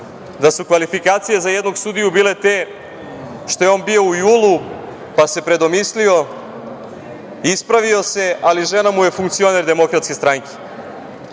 da su kvalifikacije za jednog sudiju bile te što je on bio u JUL-u, pa se predomislio, ispravio se, ali žena mu je funkcioner DS, drugi